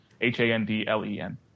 H-A-N-D-L-E-N